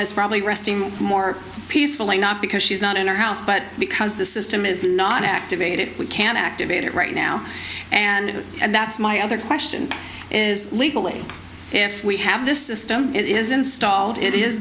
is probably resting more peacefully not because she's not in our house but because the system is not activated can activate it right now and and that's my other question is legally if we have this system it is installed it is